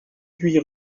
huit